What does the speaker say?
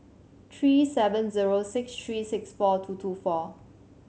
three seven zero six three six four two two four